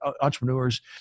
entrepreneurs